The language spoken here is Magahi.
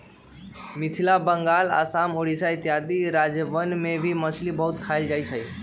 मिथिला बंगाल आसाम उड़ीसा इत्यादि राज्यवन में भी मछली बहुत खाल जाहई